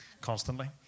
constantly